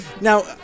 Now